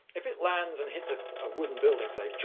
if it lands and hits a ah wooden building, say.